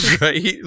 right